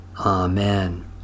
Amen